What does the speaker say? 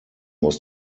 was